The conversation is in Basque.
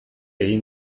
egin